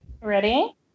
ready